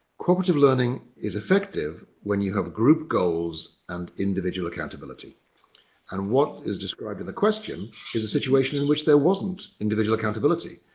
cooperative learning is effective when you have group goals and individual accountability and what is described in the question is a situation in which there wasn't individual accountability.